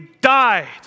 died